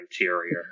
interior